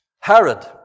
Herod